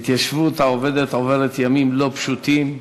ההתיישבות העובדת עוברת ימים לא פשוטים.